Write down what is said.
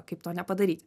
kaip to nepadaryti